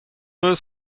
eus